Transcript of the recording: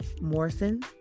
Morrison